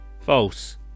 False